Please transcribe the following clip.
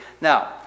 now